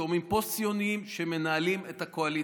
גורמים פוסט-ציוניים שמנהלים את הקואליציה.